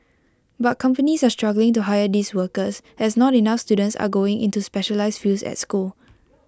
but companies are struggling to hire these workers as not enough students are going into specialised fields at school